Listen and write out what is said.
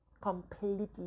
completely